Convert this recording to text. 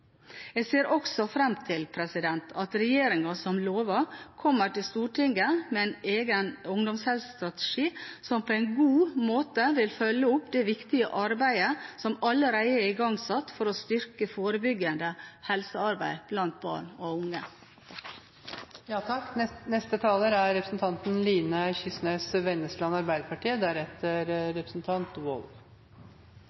Jeg ser også fram til at regjeringen, som lovet, kommer til Stortinget med en egen ungdomshelsestrategi som på en god måte vil følge opp det viktige arbeidet som allerede er igangsatt for å styrke forebyggende helsearbeid blant barn og unge.